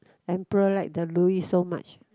emperor like the Ru-Yi so much